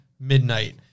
midnight